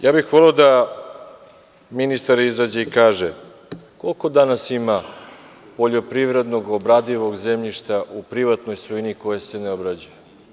Voleo bih da ministar izađe i kaže koliko danas ima poljoprivrednog obradivog zemljišta u privatnoj svojini koje se ne obrađuje.